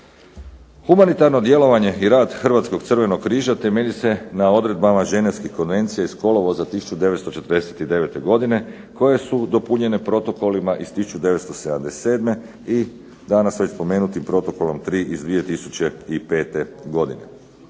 Humanitarno djelovanje i rad Hrvatskog crvenog križa temelji se na odredbama Ženevskih konvencija iz kolovoza 1949. godine koje su dopunjene protokolima iz 1977. i danas već spomenuti Protokol 3 iz 2005. godine.